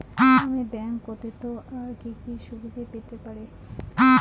আমি ব্যাংক ব্যথিত আর কি কি সুবিধে পেতে পারি?